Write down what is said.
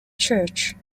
church